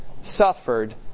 suffered